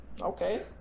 Okay